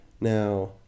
Now